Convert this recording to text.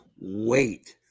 Wait